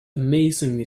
amazingly